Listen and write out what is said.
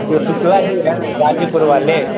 जो शुकला जी हैं गाज़ीपुर वाले